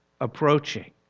approaching